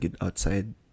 outside